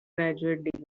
graduate